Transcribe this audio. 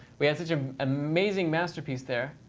we had such an amazing masterpiece there.